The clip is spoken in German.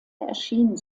erschienen